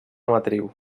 matriu